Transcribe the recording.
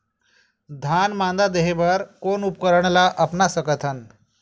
धान मादा देहे बर कोन उपकरण ला अपना सकथन?